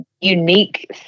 unique